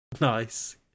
Nice